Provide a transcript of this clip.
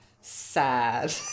sad